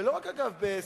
ואגב,